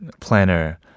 planner